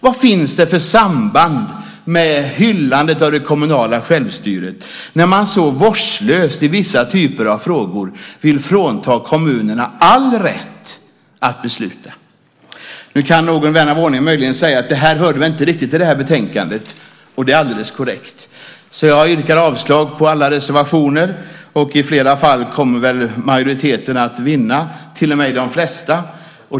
Vad finns det för samband med hyllandet av det kommunala självstyret när man så vårdslöst i vissa typer av frågor vill frånta kommunerna all rätt att besluta? Nu kan någon vän av ordning möjligen säga att det här hör väl inte riktigt till det här betänkandet, och det är alldeles korrekt. Jag yrkar avslag på alla reservationer. I flera fall kommer väl majoriteten att vinna, till och med i de flesta.